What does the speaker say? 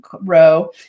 row